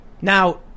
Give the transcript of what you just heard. Now